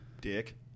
Dick